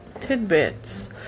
Tidbits